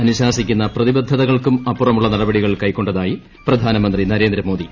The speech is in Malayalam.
അനുശാസിക്കുന്ന പ്രതിബൃദ്ധ്യ്ക്ൾക്കും അപ്പുറമുള്ള നടപടികൾ കൈക്കൊണ്ടതായി പ്രപ്ധാനമന്ത്രി നരേന്ദ്രമോദി